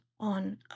on